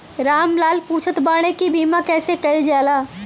राम लाल पुछत बाड़े की बीमा कैसे कईल जाला?